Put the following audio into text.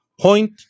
Point